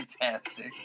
Fantastic